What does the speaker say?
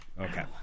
Okay